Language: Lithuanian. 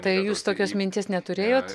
tai jūs tokios minties neturėjot